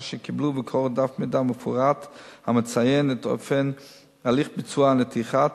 שקיבלו וקראו דף מידע מפורט המציין את אופן הליך ביצוע הנתיחה,